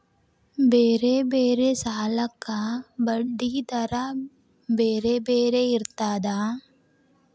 ಬೇರೆ ಬೇರೆ ಸಾಲಕ್ಕ ಬಡ್ಡಿ ದರಾ ಬೇರೆ ಬೇರೆ ಇರ್ತದಾ?